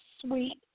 sweet